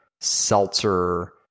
seltzer